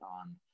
on